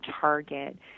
target